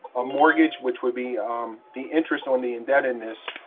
a mortgage which would be the interest on the indebtedness,